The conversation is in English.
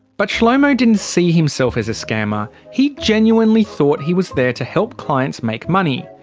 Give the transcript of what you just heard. but shlomo didn't see himself as a scammer. he genuinely thought he was there to help clients make money.